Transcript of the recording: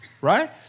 Right